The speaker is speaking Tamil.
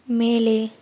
மேலே